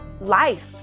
life